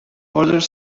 others